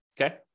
Okay